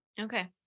Okay